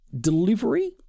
Delivery